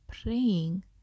praying